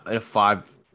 five